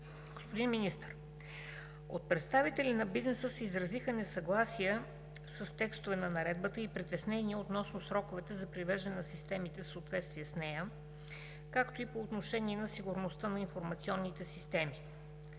Господин Министър, от представители на бизнеса се изразиха несъгласия с текстовете на Наредбата и притеснения относно сроковете за привеждане на системите в съответствие с нея, както и по отношение на сигурността на информационните системи.